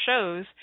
shows